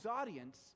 audience